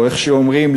או כפי שאומרים,